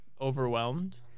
Overwhelmed